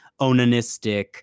onanistic